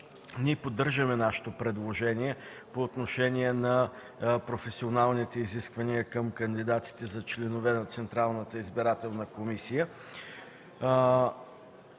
че поддържаме нашето предложение по отношение на професионалните изисквания към кандидатите за членове на Централната избирателна комисия.